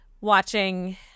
Watching